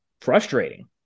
frustrating